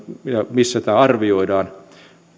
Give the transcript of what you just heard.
missä tämä arvioidaan